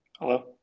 Hello